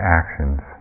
actions